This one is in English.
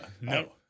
No